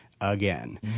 Again